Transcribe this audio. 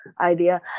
idea